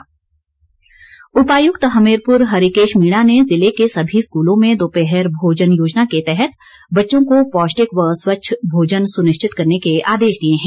DC Hamirpur उपायुक्त हमीरपुर हरिकेश मीणा ने ज़िले के सभी स्कूलों में दोपहर भोजन योजना के तहत बच्चों को पौष्टिक व स्वच्छ भोजन सुनिश्चित करने के आदेश दिए हैं